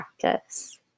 practice